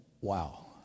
wow